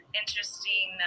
interesting